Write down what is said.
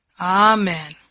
Amen